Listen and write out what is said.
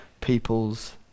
people's